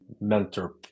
mentor